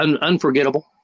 unforgettable